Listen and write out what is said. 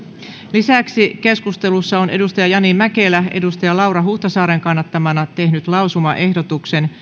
lisäksi keskustelussa on jani mäkelä laura huhtasaaren kannattamana tehnyt lausumaehdotuksen